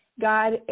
God